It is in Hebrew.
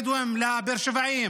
היחסים בין הבדואים והבאר שבעים